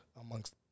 amongst